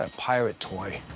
ah pirate toy.